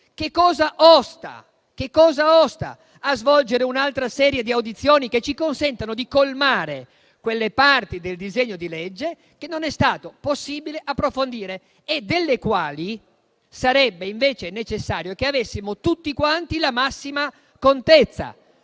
Che cosa osta a svolgere un'altra serie di audizioni che ci consenta di colmare quelle parti del disegno di legge che non è stato possibile approfondire, e delle quali sarebbe invece necessario che avessimo tutti quanti la massima contezza?